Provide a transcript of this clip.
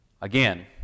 Again